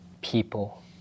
people